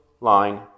line